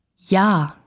Ja